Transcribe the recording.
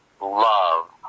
love